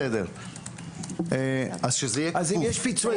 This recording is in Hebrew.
אם יש פיצוי,